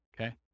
Okay